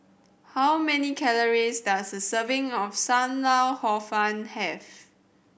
how many calories does a serving of Sam Lau Hor Fun have